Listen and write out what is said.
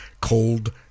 Cold